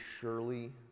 surely